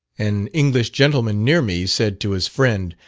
an english gentleman near me said to his friend,